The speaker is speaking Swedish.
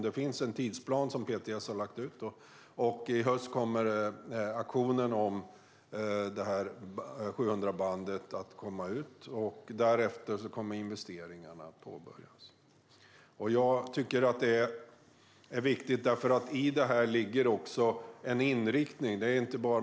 Det finns en tidsplan som PTS har lagt ut, och därefter kommer investeringarna att påbörjas. Jag tycker att det är viktigt, för i detta ligger också en inriktning.